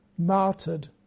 martyred